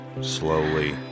Slowly